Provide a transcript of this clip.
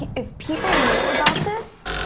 if people knew about this?